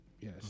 Yes